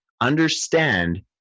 understand